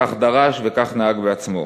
כך דרש, וכך נהג בעצמו.